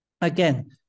again